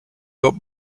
built